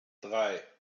drei